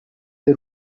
z’i